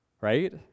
right